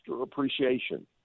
appreciation